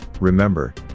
remember